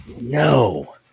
no